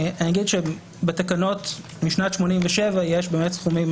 בתקנות משנת 1987 יש סכומים